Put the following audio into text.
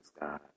God